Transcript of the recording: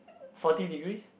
forty degrees